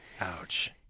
Ouch